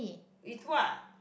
with what